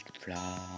fly